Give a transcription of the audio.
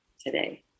today